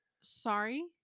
sorry